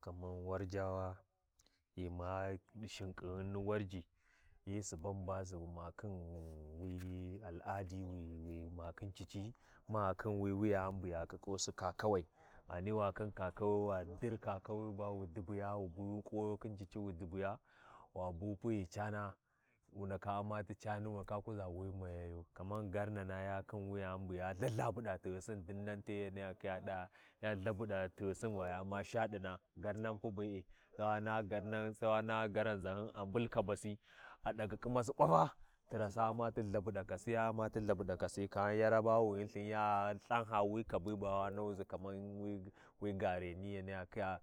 Kamar warjawa ghi ma ɗi shinkighin ni warji hyi suba ba nʒivu ma khin wi al’adi wi-wi ma khin cici. Ma khin wuyanibu ya ƙɨƙusi ba wu dubuya, wi biwi ƙuwaye khin cici wu dubiya, wabu pu ghi cana mu ndaka Umma ti cani wu naka kuʒa wi mayayu, kaman garnana ya khin wuyani bu buya LthatLhabuɗa tighisin dinnte yaniya khiye ɗa, ya LthaLthLabuɗa tighisin yuɗa ba ya U’mma shaɗina, garna pu be’e, na garma sai wa naha garinʒihyun a mbul kabasi, a ɗagyi ƙimasi ƙwafa, tirasi ya Ʊmmi ti Lthabuɗakasi iya Ʊmmati Lthabuɗakasi, ghan yarabawawina Lthin ya Lthanha wi kabi bawa nahuʒi kaman wi gareni, yaniya khiya